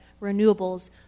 renewables